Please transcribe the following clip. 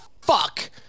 fuck